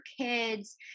kids